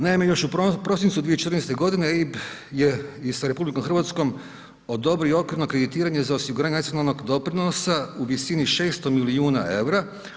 Naime, još u prosincu 2014. godine, EIB je i sa RH odobrio okvirno kreditiranje za osiguranje nacionalnog doprinosa u visini 600 milijuna eura.